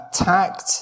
attacked